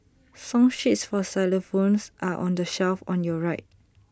song sheets for xylophones are on the shelf on your right